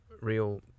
real